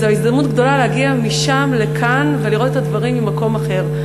וזו הזדמנות גדולה להגיע משם לכאן ולראות את הדברים ממקום אחר,